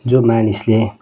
जो मानिसले